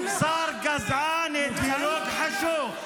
שר גזען, אידיאולוג חשוך.